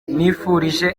nifurije